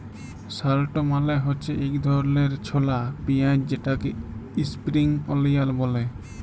shallot মালে হছে ইক ধরলের ছলা পিয়াঁইজ যেটাকে ইস্প্রিং অলিয়াল ব্যলে